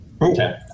Okay